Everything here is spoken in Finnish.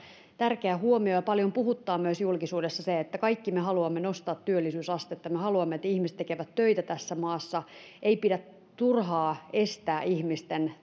tärkeä huomio ja paljon puhuttaa myös julkisuudessa se että kaikki me haluamme nostaa työllisyysastetta me haluamme että ihmiset tekevät töitä tässä maassa ei pidä turhaan estää ihmisten